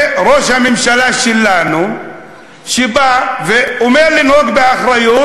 וראש הממשלה שלנו שבא ואומר לנהוג באחריות,